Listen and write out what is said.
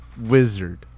Wizard